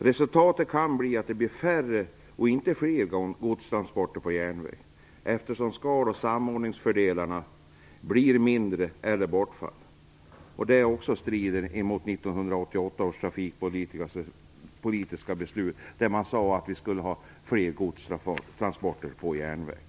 Resultatet kan bli att vi får färre, och inte fler, godstransporter på järnväg, eftersom samordningsfördelarna blir färre eller bortfaller. Också detta strider mot 1988 års trafikpolitiska beslut som innebar att vi skulle ha fler godstransporter på järnväg.